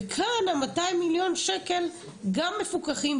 וכאן ה- 200 מיליון ש"ח גם מפוקחים,